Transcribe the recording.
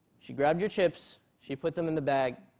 she grabbed your chips, she put them in the bag.